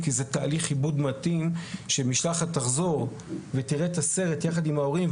כי זה תהליך עיבוד מתאים שמשלחת תחזור ותראה את הסרט יחד עם ההורים,